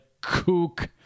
kook